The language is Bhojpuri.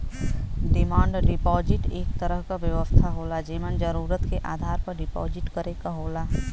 डिमांड डिपाजिट एक तरह क व्यवस्था होला जेमन जरुरत के आधार पर डिपाजिट करे क होला